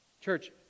Church